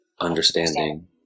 understanding